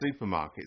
supermarkets